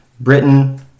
Britain